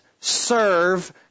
serve